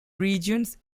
regions